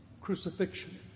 crucifixion